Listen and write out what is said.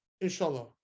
Inshallah